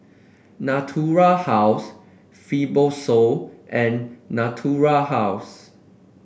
Natura House Fibrosol and Natura House